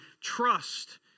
trust